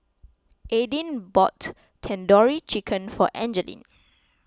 Aidyn bought Tandoori Chicken for Angeline